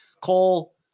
Cole